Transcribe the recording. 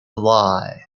lie